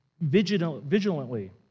vigilantly